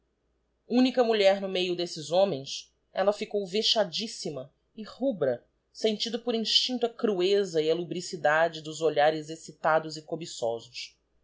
única mulher no meio d'esses homens ella ficou vexadissima e rubra sentindo por instincto a crueza e a lubricidade dos olhares excitados e cobiçosos